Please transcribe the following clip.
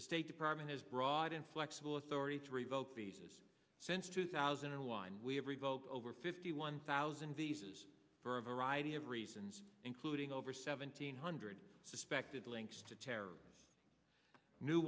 the state department has brought in flexible authority to revoke bases since two thousand and one we have revoked over fifty one thousand visas for a variety of reasons including over seventeen hundred suspected links to terror new